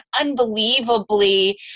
unbelievably